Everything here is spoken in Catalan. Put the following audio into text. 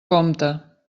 compte